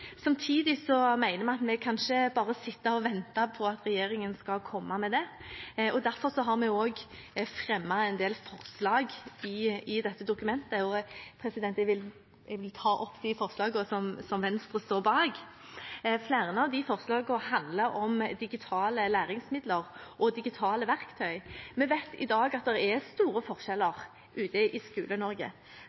Samtidig mener vi at vi ikke bare kan sitte og vente på at regjeringen skal komme med den, og derfor har vi også fremmet en del forslag i dette dokumentet. Jeg vil ta opp de forslagene som Venstre står bak. Flere av de forslagene handler om digitale læringsmidler og digitale verktøy. Vi vet i dag at det er store forskjeller ute i